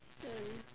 mm